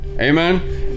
Amen